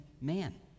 man